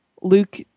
Luke